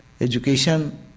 education